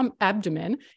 abdomen